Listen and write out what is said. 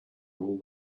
all